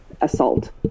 assault